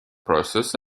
process